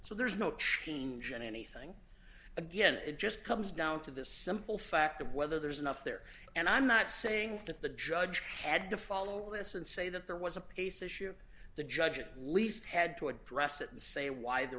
so there's no change in anything again it just comes down to the simple fact of whether there's enough there and i'm not saying that the judge had to follow this and say that there was a pace issue the judge at least had to address it and say why there